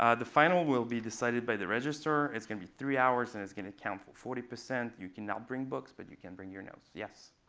ah the final will be decided by the register. it's going to be three hours, and it's going to count for forty. you cannot bring books, but you can bring your notes. yes.